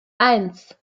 eins